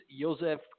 Joseph